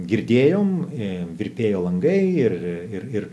girdėjom virpėjo langai ir ir ir